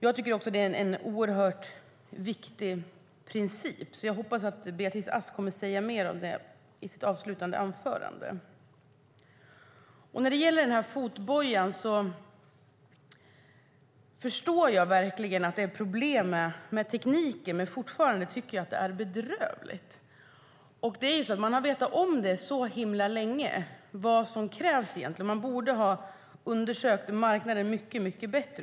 Jag tycker att det är en oerhörd viktig princip. Jag hoppas som sagt att Beatrice Ask kommer att säga mer om det i sitt avslutande anförande. När det gäller fotbojan förstår jag verkligen att det är problem med tekniken, men fortfarande tycker jag att det är bedrövligt. Man har vetat så himla länge vad som krävs; man borde ha undersökt marknaden mycket bättre.